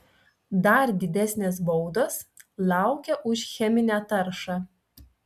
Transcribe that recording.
dar didesnės baudos laukia už cheminę taršą